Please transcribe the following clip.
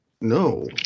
no